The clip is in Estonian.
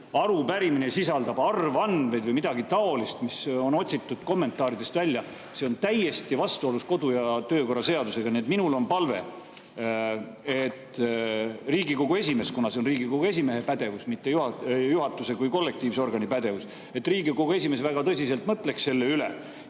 arupärimine sisaldab arvandmeid või midagi taolist, mis on otsitud kommentaaridest välja, on täiesti vastuolus kodu‑ ja töökorra seadusega. Minul on palve, et Riigikogu esimees – see on Riigikogu esimehe pädevus, mitte juhatuse kui kollektiivse organi pädevus – väga tõsiselt mõtleks selle üle.